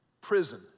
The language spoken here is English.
prison